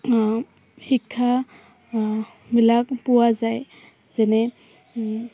শিক্ষাবিলাক পোৱা যায় যেনে